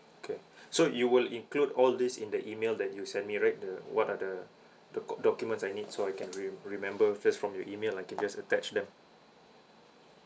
okay so you will include all this in the email that you send me right the what are the the doc~ documents I need so I can re~ remember because from your email I can just attach them